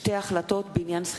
תודה.